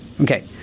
Okay